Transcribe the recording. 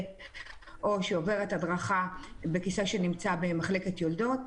או שהיא עוברת הדרכה בכיסא שנמצא במחלקת יולדות.